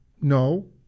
No